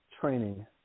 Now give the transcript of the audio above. training